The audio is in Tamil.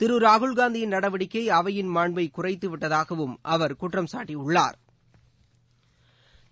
திருராகுல்காந்தியின் நடவடிக்கைஅவையின் மாண்பைகுறைத்துவிட்டதாகவும் அவா் குற்றம் சாட்டியுள்ளா்